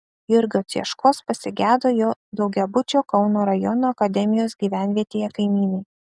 jurgio cieškos pasigedo jo daugiabučio kauno rajono akademijos gyvenvietėje kaimynai